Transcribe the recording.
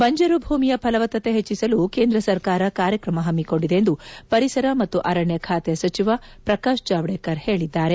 ಬಂಜರು ಭೂಮಿಯ ಫಲವತ್ತತ ಹೆಚ್ಚಿಸಲು ಕೇಂದ್ರ ಸರ್ಕಾರ ಕಾರ್ಯಕ್ರಮ ಹಮ್ಮಿಕೊಂಡಿದೆ ಎಂದು ಪರಿಸರ ಮತ್ತು ಅರಣ್ಣ ಖಾತೆ ಸಚಿವ ಪ್ರಕಾಶ್ ಜಾವಡೇಕರ್ ಹೇಳದ್ದಾರೆ